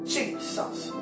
Jesus